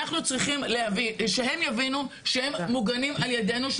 אנחנו צריכים שהם יבינו שהם מוגנים על ידינו.